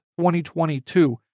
2022